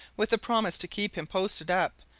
with a promise to keep him posted up,